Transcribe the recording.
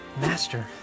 Master